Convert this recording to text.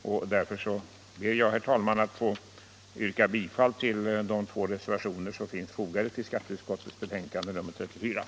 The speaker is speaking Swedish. Jag ber, herr talman, att få yrka bifall till de två reservationer som Höjning av